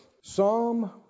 Psalm